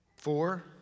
Four